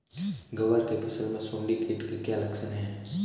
ग्वार की फसल में सुंडी कीट के क्या लक्षण है?